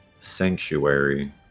Sanctuary